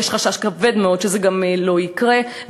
ויש חשש כבד מאוד שזה גם לא יקרה,